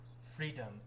Freedom